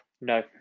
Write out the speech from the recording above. No